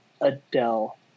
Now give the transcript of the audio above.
Adele